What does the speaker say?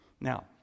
now